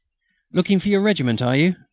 looking for your regiment, are you?